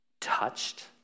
touched